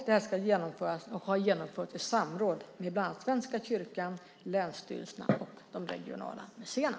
Det har genomförts i samråd med bland annat Svenska kyrkan, länsstyrelserna och de regionala museerna.